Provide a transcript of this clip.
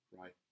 right